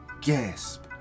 Gasp